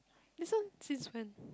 this one since when